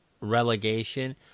relegation